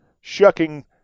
shucking